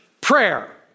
prayer